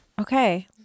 Okay